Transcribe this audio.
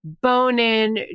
bone-in